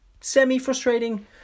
semi-frustrating